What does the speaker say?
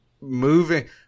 moving